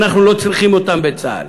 אנחנו לא צריכים אותם בצה"ל.